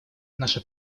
наше